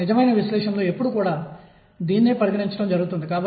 ఈ కణం స్వేచ్ఛగా కదులుతుంది